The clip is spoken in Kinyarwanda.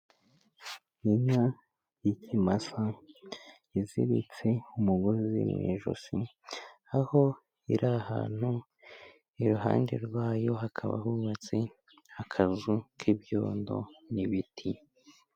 Inka y'ikimasa iziritse umugozi mu ijosi, aho iri ahantu, iruhande rwayo hakaba hubatse akazu k'ibyondo n'ibiti.